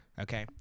okay